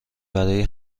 برای